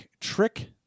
trick